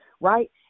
right